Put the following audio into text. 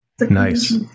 Nice